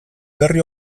berri